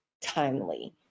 timely